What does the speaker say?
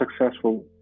successful